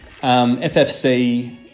FFC